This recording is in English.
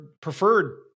preferred